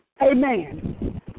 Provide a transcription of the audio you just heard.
Amen